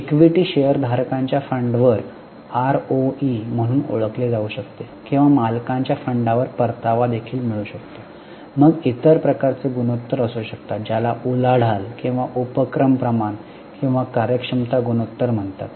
equity शेअरधारकांच्या फंडवर ROE म्हणून ओळखले जाऊ शकते किंवा मालकांच्या फंडावर परतावा देखील मिळू शकतो मग इतर प्रकारचे गुणोत्तर असू शकतात ज्याला उलाढाल किंवा उपक्रम प्रमाण किंवा कार्यक्षमता गुणोत्तर म्हणतात